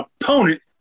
opponent